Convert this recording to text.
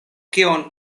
kion